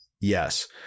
yes